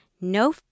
no